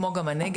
כמו גם הנגב,